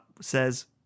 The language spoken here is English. says